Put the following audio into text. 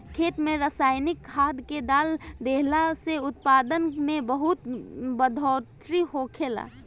खेत में रसायनिक खाद्य के डाल देहला से उत्पादन में बहुत बढ़ोतरी होखेला